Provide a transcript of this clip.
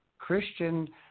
Christian